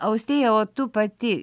austėja o tu pati